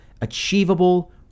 Achievable